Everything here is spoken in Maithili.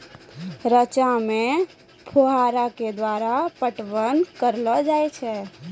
रचा मे फोहारा के द्वारा पटवन करऽ लो जाय?